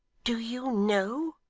do you know